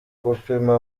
gupima